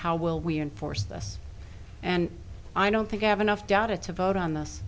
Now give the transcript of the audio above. how will we enforce this and i don't think i have enough data to vote on this